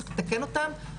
צריך לתקן אותם,